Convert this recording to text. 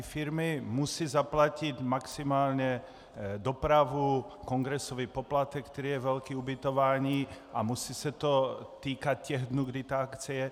Firmy musí zaplatit maximálně dopravu, kongresový poplatek, který je velký, ubytování a musí se to týkat těch dnů, kdy ta akce je.